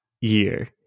year